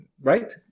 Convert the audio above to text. Right